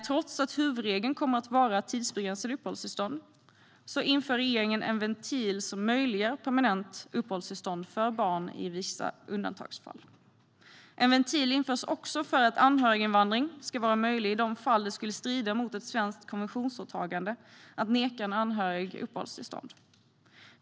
Trots att huvudregeln kommer att vara tidsbegränsade uppehållstillstånd inför regeringen en ventil som möjliggör permanent uppehållstillstånd för barn i vissa undantagsfall. En ventil införs också för att anhöriginvandring ska vara möjlig i de fall det skulle strida mot ett svenskt konventionsåtagande att neka en anhörig uppehållstillstånd.